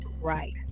right